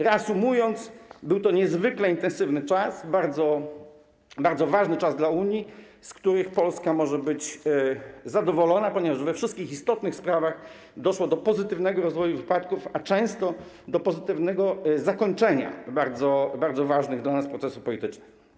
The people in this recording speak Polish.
Reasumując, był to niezwykle intensywny czas, bardzo ważny czas dla Unii, z którego Polska może być zadowolona, ponieważ we wszystkich istotnych sprawach doszło do pozytywnego rozwoju wypadków, a często do pozytywnego zakończenia bardzo ważnych dla nas procesów politycznych.